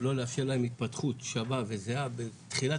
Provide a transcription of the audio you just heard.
לא לאפשר להם התפתחות שווה וזהה בתחילת